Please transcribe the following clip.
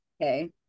Okay